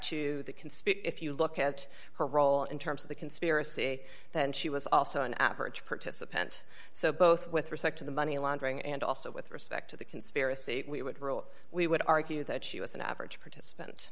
spin if you look at her role in terms of the conspiracy that she was also an average participant so both with respect to the money laundering and also with respect to the conspiracy we would rule we would argue that she was an average participant